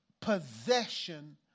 possession